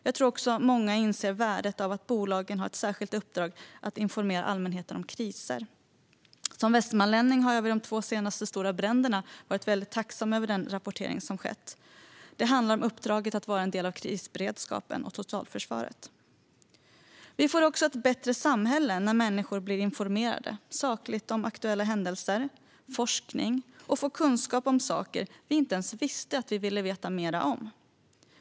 Jag tror också att många inser värdet av att bolagen har ett särskilt uppdrag att informera allmänheten om kriser. Som västmanlänning har jag vid de två senaste stora bränderna varit väldigt tacksam över den rapportering som skett. Det handlar om uppdraget att vara en del av krisberedskapen och totalförsvaret. Vi får också ett bättre samhälle när människor på ett sakligt sätt blir informerade om aktuella händelser och forskning. Man får kunskap om saker man inte ens visste att man ville veta mer om.